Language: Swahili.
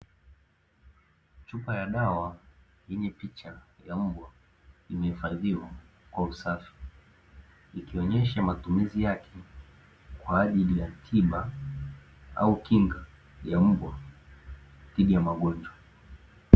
Chupa ya dawa yenye picha ya mbwa, imehifadhiwa kwa usafi ikionesha matumizi yake kwajili ya tiba au kinga ya mbwa aliyepiga magoti.